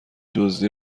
دزدی